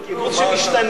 זה קיבוץ שמשתנה.